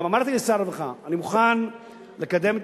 גם אמרתי לשר הרווחה: אני מוכן לקדם את